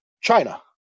China